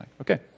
Okay